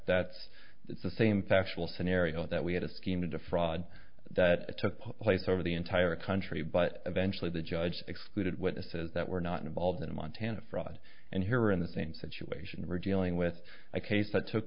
that's the same factual scenario that we had a scheme to defraud that took place over the entire country but eventually the judge excluded witnesses that were not involved in montana fraud and here in the things situation we're dealing with a case that took